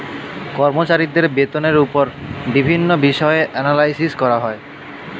কর্মচারীদের বেতনের উপর বিভিন্ন বিষয়ে অ্যানালাইসিস করা হয়